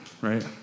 right